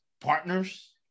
partners